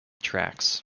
tracks